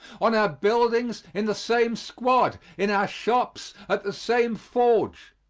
on our buildings in the same squad. in our shops at the same forge.